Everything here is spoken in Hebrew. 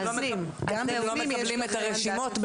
שאתם לא מקבלים את הרשימות.